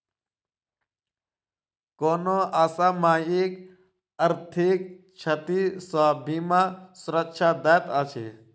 कोनो असामयिक आर्थिक क्षति सॅ बीमा सुरक्षा दैत अछि